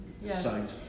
Yes